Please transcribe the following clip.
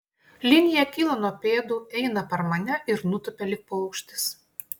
linija kyla nuo pėdų eina per mane ir nutupia lyg paukštis